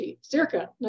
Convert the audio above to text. circa